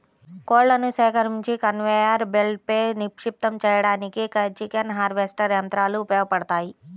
కోళ్లను సేకరించి కన్వేయర్ బెల్ట్పై నిక్షిప్తం చేయడానికి చికెన్ హార్వెస్టర్ యంత్రాలు ఉపయోగపడతాయి